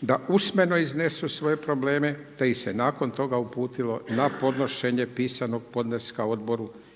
da usmeno iznesu svoje probleme te ih se nakon toga uputilo na podnošenje pisanog podneska odboru